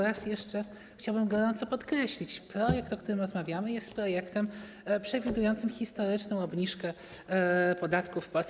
Raz jeszcze chciałbym gorąco podkreślić: projekt, o którym rozmawiamy, jest projektem przewidującym historyczną obniżkę podatków w Polsce.